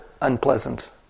unpleasant